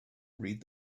read